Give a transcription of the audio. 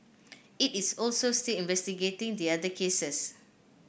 it is also still investigating the other cases